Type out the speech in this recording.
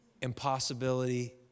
impossibility